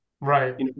Right